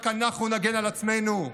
רק אנחנו נגן על עצמנו.